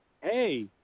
hey